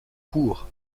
court